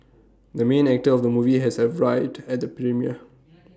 the main actor of the movie has arrived at the premiere